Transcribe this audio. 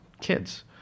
kids